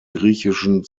griechischen